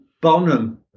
bonham